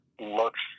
looks